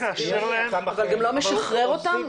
אבל גם לא משחרר אותם?